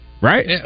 Right